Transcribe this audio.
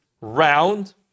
round